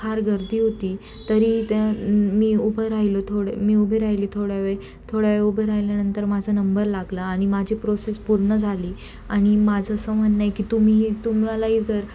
फार गर्दी होती तरीही त्या मी उभं राहिलो थोडे मी उभी राहिली थोडी वेळ थोड्या वेळ उभी राहिल्यानंतर माझा नंबर लागला आणि माझी प्रोसेस पूर्ण झाली आणि माझं असं म्हणणं आहे की तुम्ही तुम्हालाही जर